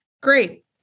Great